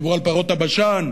ודיברו על פרות הבשן.